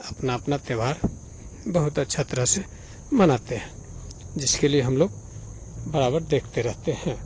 अपना अपना त्योहार बहुत अच्छा तरह से मनाते हैं जिसके लिए हम लोग बराबर देखते रहते हैं